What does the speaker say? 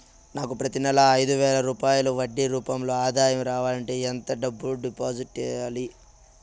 నాకు ప్రతి నెల ఐదు వేల రూపాయలు వడ్డీ రూపం లో ఆదాయం రావాలంటే ఎంత డబ్బులు డిపాజిట్లు సెయ్యాలి?